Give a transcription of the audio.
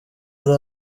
hari